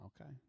Okay